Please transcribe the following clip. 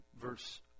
verse